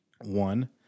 One